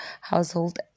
household